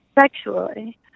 Sexually